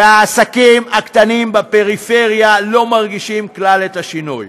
העסקים הקטנים בפריפריה לא מרגישים כלל את השינוי.